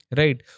right